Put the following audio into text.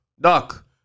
doc